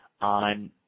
on